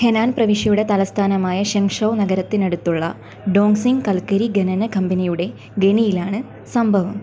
Hannan പ്രവിശ്യയുടെ തലസ്ഥാനമായ Zhengzhou നഗരത്തിനടുത്തുള്ള ഡോങ്സിംഗ് കൽക്കരി ഖനന കമ്പനിയുടെ ഖനിയിലാണ് സംഭവം